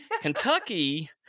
Kentucky